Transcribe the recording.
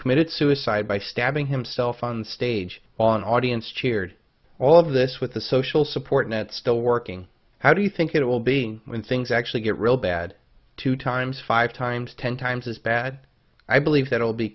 minutes suicide by stabbing himself on stage on audience cheered all of this with the social support net still working how do you think it will be when things actually get real bad two times five times ten times as bad i believe that will be